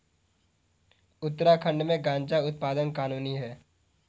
उत्तराखंड में गांजा उत्पादन कानूनी है